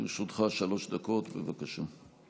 לרשותך שלוש דקות, בבקשה.